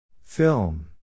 Film